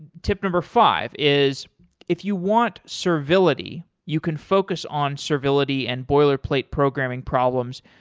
tip number five is if you want servility, you can focus on servility and boilerplate programming problems.